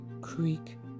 Creek